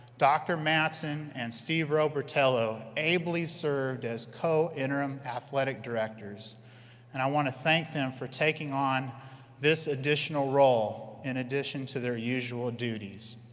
dr. matson and steve robertello ably served as co-interim athletic directors and i want to thank them for taking on this additional role in addition to their usual duties.